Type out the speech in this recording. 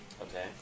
Okay